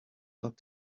look